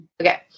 Okay